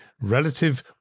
relative